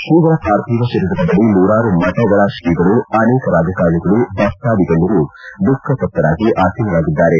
ತ್ರೀಗಳ ಪಾರ್ಥಿವ ಶರೀರದ ಬಳಿ ನೂರಾರು ಮಠಗಳ ಶ್ರೀಗಳು ಅನೇಕ ರಾಜಕಾರಣಿಗಳು ಭಕ್ತಾದಿ ಗಣ್ಯರು ದುಖತಪ್ತರಾಗಿ ಆಸೀನರಾಗಿದ್ದಾರೆ